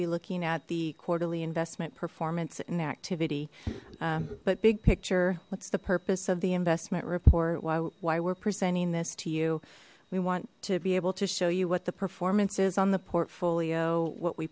be looking at the quarterly investment performance and activity but big picture what's the purpose of the investment report why we're presenting this to you we want to be able to show you what the performance is on the portfolio what we